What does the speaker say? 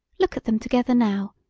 look at them together now!